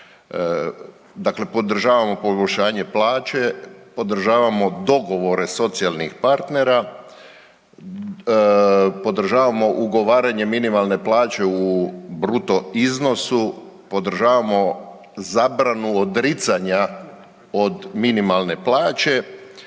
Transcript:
Dakle, podržavamo povećanje plaće, podržavamo dogovore socijalnih partnera, podržavamo ugovaranje minimalne plaće u bruto iznosu, podržavamo zabranu odricanja od minimalne plaće,